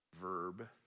verb